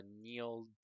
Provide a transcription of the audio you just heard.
Neil